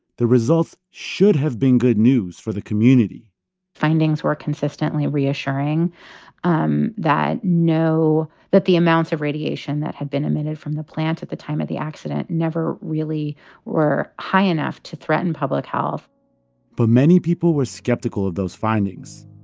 the results should have been good news for the community findings were consistently reassuring um that no that the amounts of radiation that had been emitted from the plant at the time of the accident never really were high enough to threaten public health but many people were skeptical of those findings,